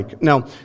Now